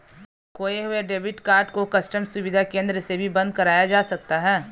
खोये हुए debit card को कस्टम सुविधा केंद्र से भी बंद कराया जा सकता है